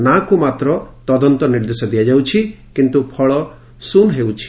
ନାଁକୁ ମାତ୍ର ତଦନ୍ତ ନିର୍ଦ୍ଦେଶ ଦିଆଯାଉଛି କିନ୍ତୁ ଫଳ ଶୂନ୍ ରହୁଛି